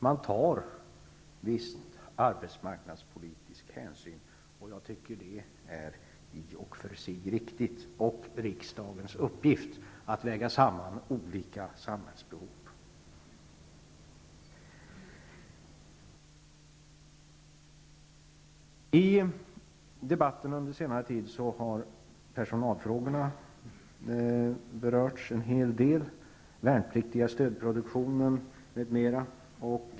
Man tar viss arbetsmarknadspolitisk hänsyn, och jag tycker att det i och för sig är riktigt. Det är riksdagens uppgift att väga samman olika samhällsbehov. I debatten under senare tid har personalfrågorna berörts en hel del, den värnpliktiga stödproduktionen m.m.